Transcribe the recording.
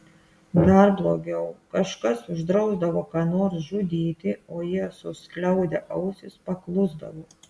dar blogiau kažkas uždrausdavo ką nors žudyti o jie suskliaudę ausis paklusdavo